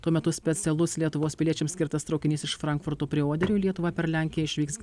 tuo metu specialus lietuvos piliečiams skirtas traukinys iš frankfurto prie oderio į lietuvą per lenkiją išvyks